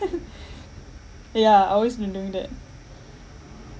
ya I always been doing that